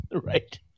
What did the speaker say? Right